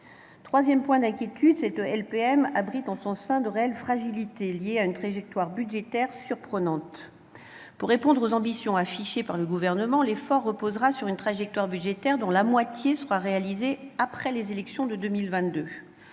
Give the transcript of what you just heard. Troisième point d'inquiétude : cette LPM abrite en son sein de réelles fragilités, liées à une trajectoire budgétaire surprenante. Pour répondre aux ambitions affichées par le Gouvernement, l'effort reposera sur une trajectoire budgétaire dont la moitié sera réalisée après les élections de 2022.